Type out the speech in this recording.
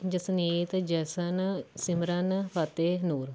Jasneet Jashan Simran Fateh Noor